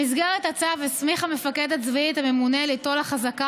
במסגרת הצו הסמיך המפקד הצבאי את הממונה ליטול החזקה